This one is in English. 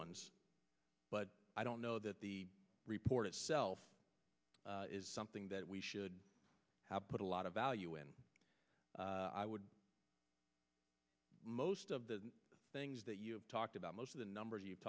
ones but i don't know that the report itself is something that we should have put a lot of value in i would most of the things that you've talked about most of the number you've